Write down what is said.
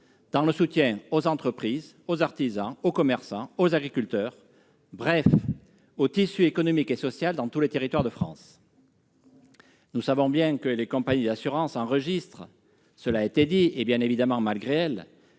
dans le soutien aux entreprises, aux artisans, aux commerçants, aux agriculteurs, bref au tissu économique et social dans tous les territoires de France. Nous savons bien que les compagnies d'assurance enregistrent, malgré elles,